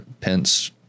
Pence